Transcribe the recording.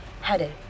headed